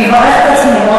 לברך את עצמי.